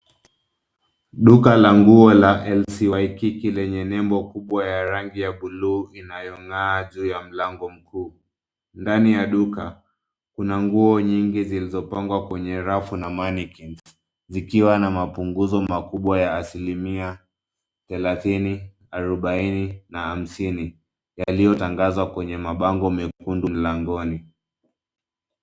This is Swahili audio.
Duka la nguo la LC Waikiki lenye nembo kubwa ya rangi ya bluu inayong'aa juu ya mlango mkuu. Ndani ya duka kuna nguo nyingi zilizopangwa kwenye rafu na mannequinns zikiwa na mapunguzo makubwa ya asilimia 30%, 40%, na 50% yaliyotangazwa kwenye mabango mekundu mlangoni.